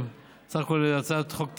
בסך הכול הצעת חוק טכנית,